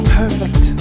perfect